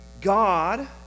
God